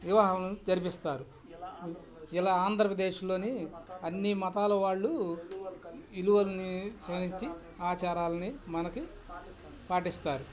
వివాహంను జరిపిస్తారు ఇలా ఆంధ్రప్రదేశ్లోని అన్నీ మతాల వాళ్ళు విలువలని ఆచారాలని మనకి పాటిస్తారు